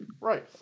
Right